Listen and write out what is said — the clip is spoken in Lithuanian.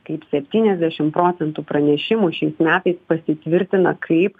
kaip septyniasdešim procentų pranešimų šiais metais pasitvirtina kaip